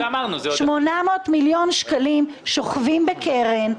זאת בזמן ש-800 מיליון שקלים שוכבים בקרן.